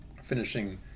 finishing